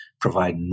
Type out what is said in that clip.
provide